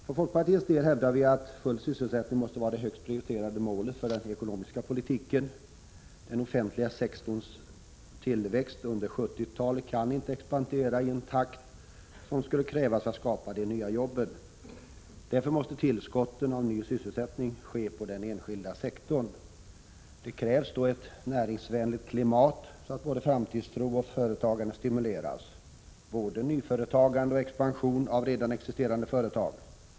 För folkpartiets del hävdar vi att full sysselsättning måste vara det högst prioriterade målet för den ekonomiska politiken. Den offentliga sektorn, med expansion under 1970-talet, kan nu inte expandera i den takt som skulle krävas för att skapa de nya jobben. Därför måste tillskotten av ny sysselsättning skapas på den enskilda sektorn. Det krävs ett näringsvänligt klimat som stimulerar framtidstro och företagande, till förmån för både nyföretagande och expansion av redan existerande företag.